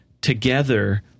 together